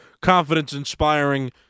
confidence-inspiring